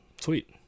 Sweet